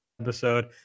episode